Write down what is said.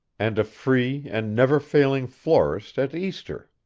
and a free and never-failing florist at easter.